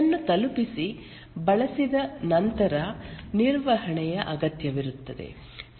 ಅದನ್ನು ತಲುಪಿಸಿ ಬಳಸಿದ ನಂತರ ನಿರ್ವಹಣೆಯ ಅಗತ್ಯವಿರುತ್ತದೆ